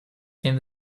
came